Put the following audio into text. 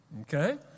Okay